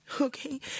okay